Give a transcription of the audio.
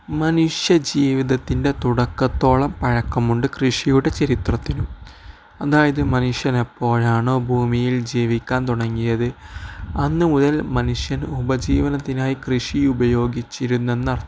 മനുഷ്യജീവിതത്തിൻ്റെ തുടക്കത്തോളം പഴക്കമുണ്ട് കൃഷിയുടെ ചരിത്രത്തിനും അതായത് മനുഷ്യനെപ്പോഴാണോ ഭൂമിയിൽ ജീവിക്കാൻ തുടങ്ങിയത് അന്ന് മുതൽ മനുഷ്യൻ ഉപജീവനത്തിനായി കൃഷി ഉപയോഗിച്ചിരുന്നു എന്നർത്ഥം